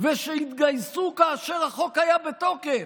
ושהתגייסו כאשר החוק היה בתוקף,